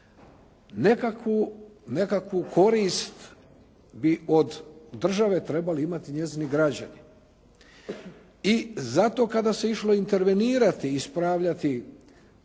nekakvu korist bi od države trebali imati njezini građani i zato kad se išlo intervenirati i ispravljati